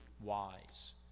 wise